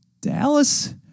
Dallas